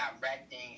directing